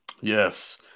Yes